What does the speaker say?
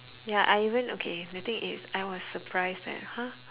ya I even okay the thing is I was surprised that !huh!